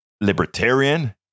libertarian